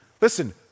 Listen